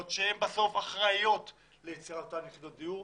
שהן בסוף אחראיות ליצירת אותן יחידות דיור.